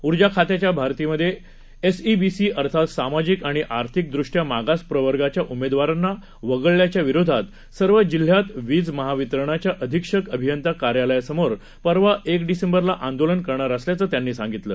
ऊर्जाखात्याच्याभरतीमध्येएसईबीसी अर्थातसामाजिकआणिआर्थिकदृष्ट्यामागासप्रवर्गाच्याउमेदवारांनावगळल्याच्याविरोधातसर्व जिल्ह्यातवीजमहावितरणच्याअधीक्षकअभियंताकार्यालयासमोरपरवाएकडिसेंबरलाआंदोलन करणारअसल्याचंत्यांनीसांगितलं